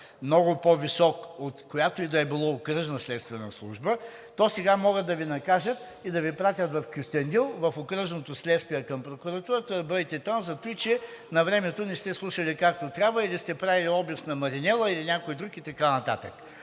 много по-висок от която и да било окръжна следствена служба, то сега могат да Ви накажат и да Ви пратят в Кюстендил в окръжното следствие към прокуратурата – да бъдете там за това, че навремето не сте слушали както трябва или сте правили обиск на „Маринела“ или някой друг и така нататък.